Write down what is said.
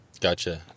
Gotcha